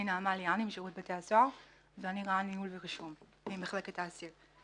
אני נעמה ליאני משירות בתי הסוהר ואני רע"ן ניהול ורישום ממחלקת האסיר.